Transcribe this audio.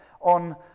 on